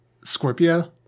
Scorpio